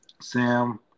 Sam